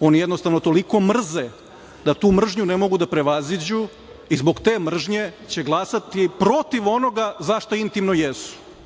oni jednostavno toliko mrze da tu mržnju ne mogu da prevaziđu i zbog te mržnje će glasati protiv onoga za šta intimno jesu.